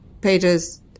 pages